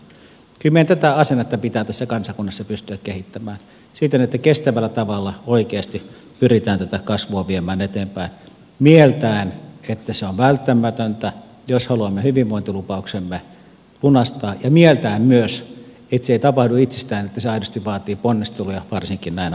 kyllä meidän tätä asennetta pitää tässä kansakunnassa pystyä kehittämään siten että kestävällä tavalla oikeasti pyritään tätä kasvua viemään eteenpäin mieltäen että se on välttämätöntä jos haluamme hyvinvointilupauksemme lunastaa ja mieltäen myös että se ei tapahdu itsestään että se aidosti vaatii ponnisteluja varsinkin näinä aikoina